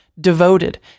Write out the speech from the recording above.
devoted